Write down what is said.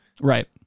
Right